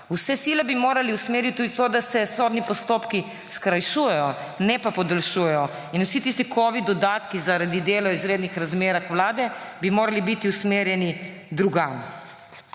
Vse sile bi morali usmeriti tudi v to, da se sodni postopki skrajšujejo, ne pa podaljšujejo. Vsi tisti covid dodatki vlade zaradi dela v izrednih razmerah bi morali biti usmerjeni drugam.